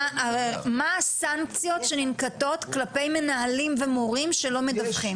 מה הסנקציות שננקטות על מנהלים ומורים שלא מדווחים?